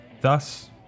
Thus